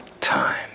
time